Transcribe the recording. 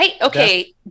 Okay